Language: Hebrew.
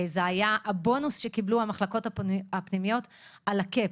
זה היה הבונוס שקיבלו המחלקות הפנימיות על הקאפ.